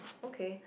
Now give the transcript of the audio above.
okay